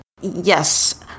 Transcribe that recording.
Yes